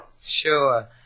Sure